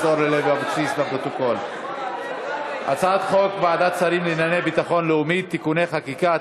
הצעת חוק ועדת שרים לענייני ביטחון לאומי (תיקוני חקיקה),